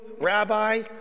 rabbi